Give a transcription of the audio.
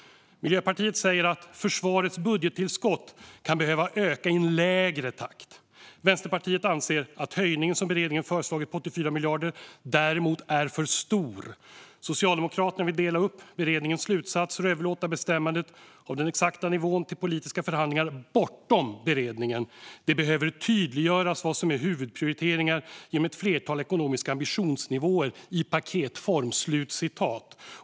Miljöpartiet säger att försvarets budgettillskott kan behöva öka i en lägre takt. Vänsterpartiet anser att höjningen som beredningen föreslagit på 84 miljarder däremot är för stor. Socialdemokraterna vill dela upp beredningens slutsatser och överlåta bestämmandet av den exakta nivån till politiska förhandlingar bortom beredningen, det vill säga "att det behöver tydliggöras vad som är huvudprioriteringar genom ett flertal ekonomiska ambitionsnivåer i paketform".